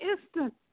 instant